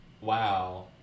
wow